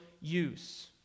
use